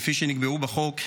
כפי שנקבעו בחוק,